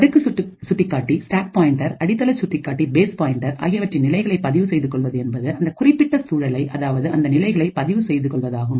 அடுக்கு சுட்டிக்காட்டி அடித்தள சுட்டிக்காட்டி ஆகியவற்றின் நிலைகளை பதிவு செய்து கொள்வது என்பது அந்த குறிப்பிட்ட சூழலை அதாவது அந்த நிலைகளை பதிவு செய்து கொள்வதாகும்